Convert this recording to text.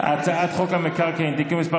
הצעת חוק המקרקעין (תיקון מס'